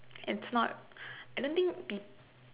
it's not I don't think peo~